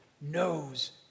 knows